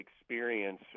experience